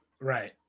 Right